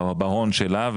בהון שלה.